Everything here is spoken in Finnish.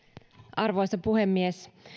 arvoisa puhemies